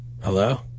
Hello